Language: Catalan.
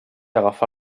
agafà